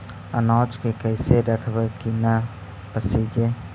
अनाज के कैसे रखबै कि न पसिजै?